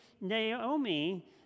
Naomi